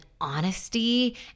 honesty